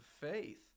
faith